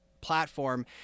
platform